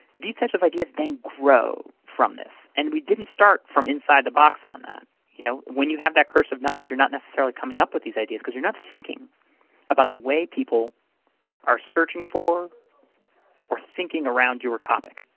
these types of ideas then grow from this. and we didn't start from inside the box on that. you know? when you have that curse of knowledge, you're not necessarily coming up with these ideas because you're not thinking about the way people are searching for or thinking around your topic.